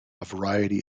variety